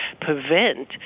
prevent